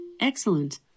Excellent